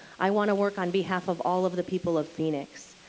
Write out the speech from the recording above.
i want to work on behalf of all of the people of phoenix.